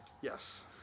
Yes